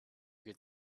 could